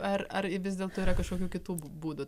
ar ar vis dėlto yra kažkokių kitų būdų